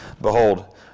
Behold